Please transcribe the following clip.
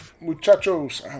muchachos